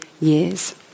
years